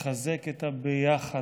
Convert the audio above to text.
לחזק את הביחד,